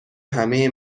همه